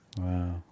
wow